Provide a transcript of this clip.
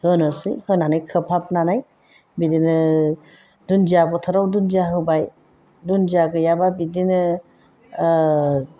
होनोसै होनानै खोबहाबनानै बिदिनो दुन्दिया बोथोराव दुन्दिया होबाय दुन्दिया गैयाबा बिदिनो